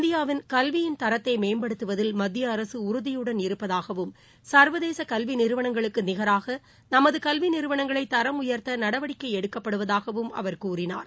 இந்தியாவில் கல்வியின் தரத்தை மேம்படுத்துவதில் மத்திய அரசு உறுதியுடன் இருப்பதாகவும் சர்வதேச கல்வி நிறுவனங்களுக்கு நிகராக நமது கல்வி நிறுவனங்களை தரம் உயர்த்த நடவடிக்கை எடுக்கப்படுவதாகவும் அவர் கூறினார்